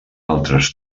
altres